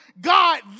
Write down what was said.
God